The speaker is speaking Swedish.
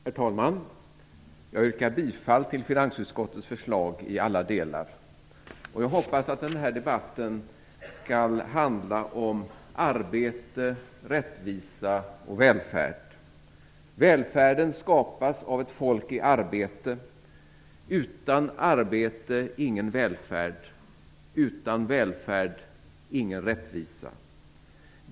Herr talman! Jag yrkar bifall till finansutskottets förslag i alla delar. Jag hoppas att den här debatten skall handla om arbete, rättvisa och välfärd. Välfärden skapas av ett folk i arbete. Utan arbete - ingen välfärd, utan välfärd - ingen rättvisa.